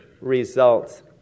results